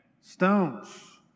Stones